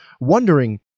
wondering